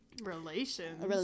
Relations